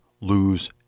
lose